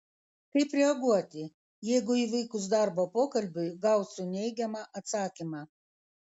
kaip reaguoti jeigu įvykus darbo pokalbiui gausiu neigiamą atsakymą